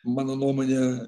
mano nuomone